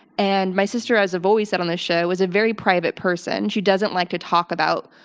and my sister as i've always said this show, is a very private person. she doesn't like to talk about,